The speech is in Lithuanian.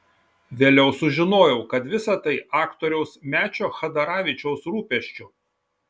vėliau sužinojau kad visa tai aktoriaus mečio chadaravičiaus rūpesčiu